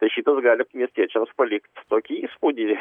tai šitas gali miestiečiams palikt tokį įspūdį